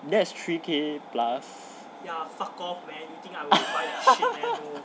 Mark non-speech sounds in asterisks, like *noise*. that's three K plus *laughs*